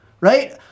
right